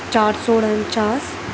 چار سو انچاس